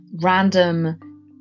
random